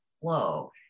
flow